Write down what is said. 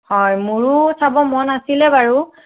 হয় মোৰো চাব মন আছিলে বাৰু